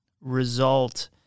result